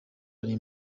ari